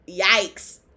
yikes